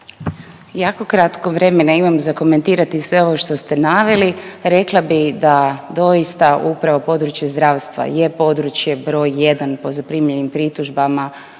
Jako kratko vremena imam za komentirati sve ovo što ste naveli. Rekla bi da doista upravo područje zdravstva je područje broj jedan po zaprimljenim pritužbama